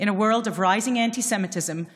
בעולם שבו האנטישמיות עולה,